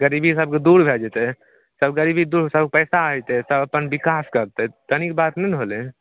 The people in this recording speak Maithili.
गरीबी सबके दूर भै जेतै सब गरीबी दूर सब पैसा ऐतै सब अपन बिकास करतै तनि बात नहि ने होलै